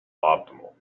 optimal